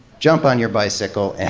jump on your bicycle and